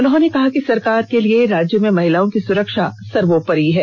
उन्होंने कहा कि सरकार के लिए राज्य में महिलाओं की सुरक्षा सर्वोपरि है